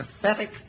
pathetic